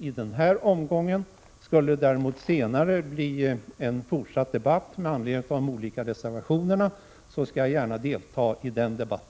i denna omgång. Skulle det däremot senare bli en fortsatt debatt med anledning av de olika reservationerna, skall jag gärna delta i den debatten.